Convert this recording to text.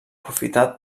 aprofitat